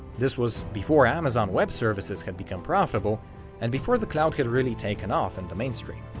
this was before amazon web services had become profitable and before the cloud had really taken off in the mainstream.